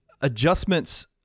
adjustments